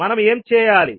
మనం ఏమి చేయాలి